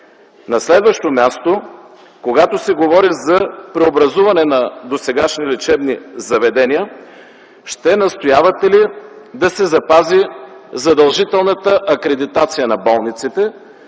На следващо място, когато се говори за преобразуване на досегашни лечебни заведения, ще настоявате ли да се запази задължителната акредитация на болниците,